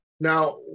Now